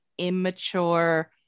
Immature